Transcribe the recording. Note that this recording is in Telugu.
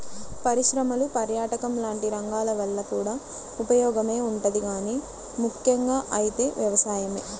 పరిశ్రమలు, పర్యాటకం లాంటి రంగాల వల్ల కూడా ఉపయోగమే ఉంటది గానీ ముక్కెంగా అయితే వ్యవసాయమే